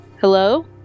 hello